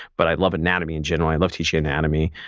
but i love anatomy in general. i love teaching anatomy.